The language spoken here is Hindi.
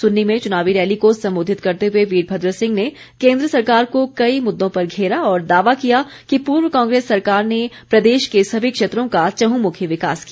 सुन्नी में चुनावी रैली को संबोधित करते हुए वीरभद्र सिंह ने केन्द्र सरकार को कई मुददों पर घेरा और दावा किया कि पूर्व कांग्रेस सरकार ने प्रदेश के सभी क्षेत्रों का चहुमुखी विकास किया